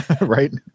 Right